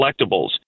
collectibles